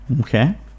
Okay